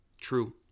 True